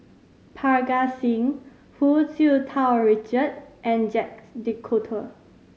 Parga Singh Hu Tsu Tau Richard and Jacques De Coutre